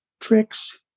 tricks